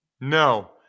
No